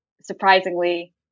surprisingly